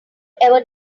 ever